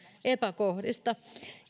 epäkohdista